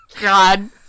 God